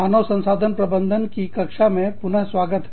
मानव संसाधन प्रबंधन की कक्षा में पुनः स्वागत है